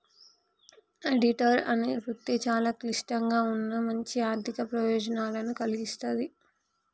auditor అనే వృత్తి చాలా క్లిష్టంగా ఉన్నా మంచి ఆర్ధిక ప్రయోజనాలను కల్గిస్తాది